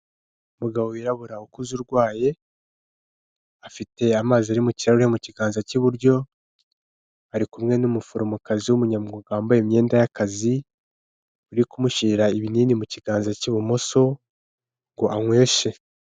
Umugabo wirabura ukuze urwaye, afite amazi ari mu kirahure mu kiganza k'iburyo, ari ku n'umuforomokazi w'umunyamwuga wambaye imyenda y'akazi, uri kumushyira ibinini mu kiganza k'ibumoso ngo anyweshe.